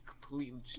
completely